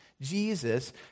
Jesus